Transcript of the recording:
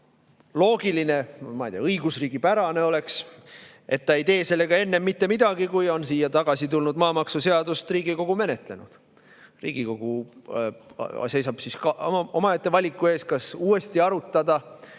Loogiline, ma ei tea, õigusriigipärane oleks, et ta ei teeks sellega mitte midagi enne, kui Riigikogu on siia tagasi tulnud maamaksuseadust menetlenud. Riigikogu seisab siis omaette valiku ees, kas uuesti arutada